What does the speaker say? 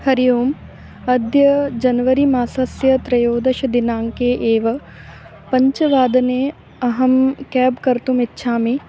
हरि ओम् अद्य जन्वरि मासस्य त्रयोदशदिनाङ्के एव पञ्चवादने अहं केब् कर्तुमिच्छामि